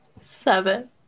Seven